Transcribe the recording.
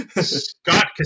Scott